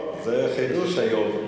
זה חידוש היום.